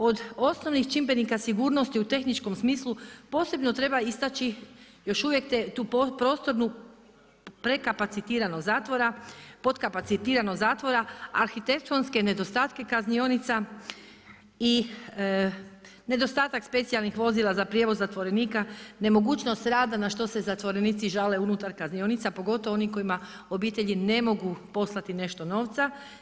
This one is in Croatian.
Od ostalih čimbenika sigurnosti u tehničkom smislu posebno treba istaći još uvijek tu prostornu prekapacitiranost zatvora, podkapacitiranost zatvora, arhitektonske nedostatke kaznionica i nedostatak specijalnih vozila za prijevoz zatvorenika, nemogućnost rada na što se zatvorenici žale unutar kaznionica pogotovo oni kojima obitelji ne mogu poslati nešto novca.